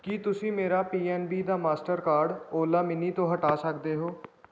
ਕੀ ਤੁਸੀਂਂ ਮੇਰਾ P N B ਦਾ ਮਾਸਟਰਕਾਰਡ ਓਲਾ ਮਿਨੀ ਤੋਂ ਹਟਾ ਸਕਦੇ ਹੋ